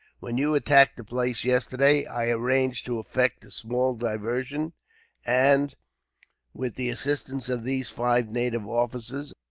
when you attacked the place, yesterday, i arranged to effect a small diversion and with the assistance of these five native officers,